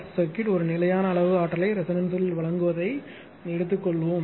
C circuit ஒரு நிலையான அளவு ஆற்றலை ரெசோனன்ஸ்களில் வழங்குவதை கொள்வோம்